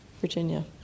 Virginia